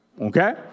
Okay